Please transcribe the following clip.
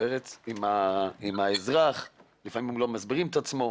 שהסביר שלפעמים בחיכוך עם האזרח הוא לא מסביר את עצמו,